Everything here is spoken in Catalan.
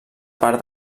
part